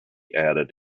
added